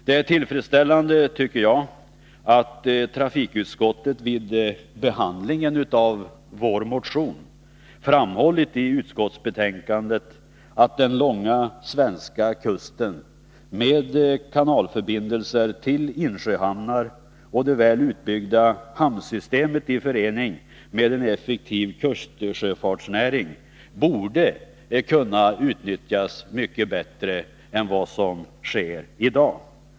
Det är tillfredsställande att trafikutskottet vid behandlingen av vår motion framhåller i sitt betänkande att den långa svenska kusten med kanalförbindelser till insjöhamnarna och det väl utbyggda hamnsystemet i förening med en effektiv kustsjöfartsnäring borde kunna utnyttjas bättre än som sker i dag.